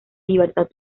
libertad